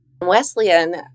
Wesleyan